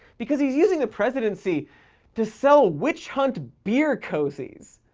because he's using the presidency to sell witch hunt beer cozies.